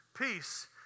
Peace